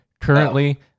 currently